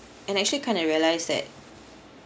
and I actually kind of realise that